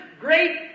great